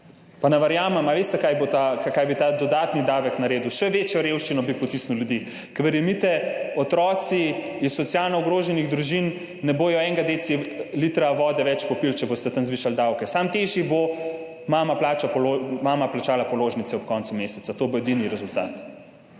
Pa ne verjamem. A veste, kaj bi ta dodatni davek naredil? V še večjo revščino bi potisnil ljudi, ker verjemite, otroci iz socialno ogroženih družin ne bodo popili enega decilitra vode več, če boste tam zvišali davke, samo težje bo mama plačala položnice ob koncu meseca, to bo edini rezultat.